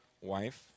wife